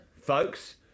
folks